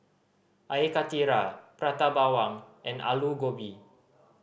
Air Karthira Prata Bawang and Aloo Gobi